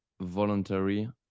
voluntary